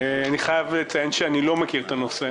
אני חייב לציין שאני לא מכיר את הנושא.